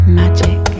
magic